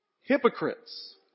Hypocrites